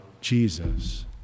jesus